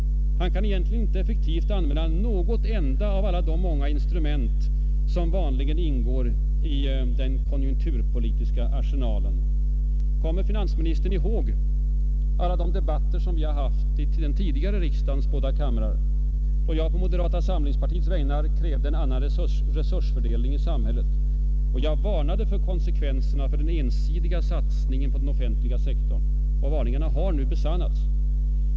Han kan egentligen inte effektivt använda något enda av de många instrument, som vanligen ingår i den konjunkturpolitiska arsenalen. Kommer finansministern ihåg alla de debatter som vi har haft i den tidigare riksdagens båda kamrar, då jag på moderata samlingspartiets vägnar krävde en annan resursfördelning i samhället? Jag varnade för konsekvenserna av den ensidiga satsningen på den offentliga sektorn. Varningarna har nu besannats.